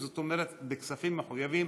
בכספים מחויבים,